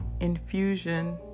infusion